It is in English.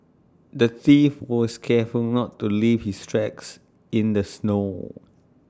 the thief was careful not to leave his tracks in the snow